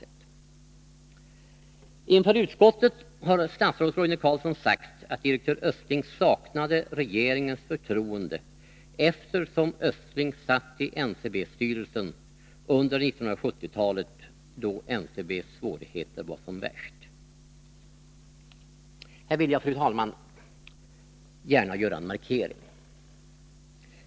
heten Inför utskottet har statsrådet Roine Carlsson sagt att direktör Östling saknade regeringens förtroende, eftersom Östling satt i NCB-styrelsen under 1970-talet, då NCB:s svårigheter var som värst. Fru talman! Här vill jag gärna göra en markering.